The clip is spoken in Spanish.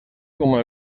como